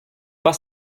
pas